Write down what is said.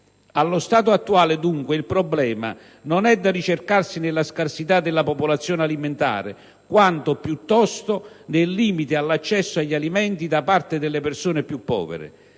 Allo stato attuale dunque, il problema non è da ricercarsi nella scarsità della produzione alimentare quanto piuttosto nel limite all'accesso agli alimenti da parte delle persone più povere.